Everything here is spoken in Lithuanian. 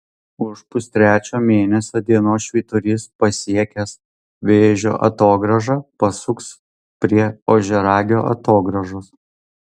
už pustrečio mėnesio dienos švyturys pasiekęs vėžio atogrąžą pasuks prie ožiaragio atogrąžos